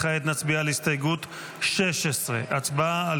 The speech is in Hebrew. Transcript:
כעת נצביע על הסתייגות 16. הצבעה על